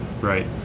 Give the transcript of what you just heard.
Right